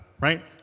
right